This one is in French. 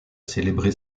célébré